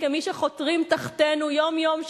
כמי שחותרים תחתינו יום-יום,